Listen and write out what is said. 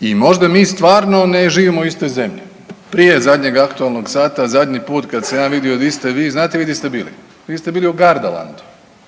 i možda mi stvarno ne živimo u istoj zemlji. Prije zadnjeg aktualnog sata zadnji put kad sam ja vidio di ste vi znate vi di ste bili? Vi ste bili u Gardalandu